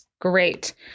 Great